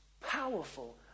powerful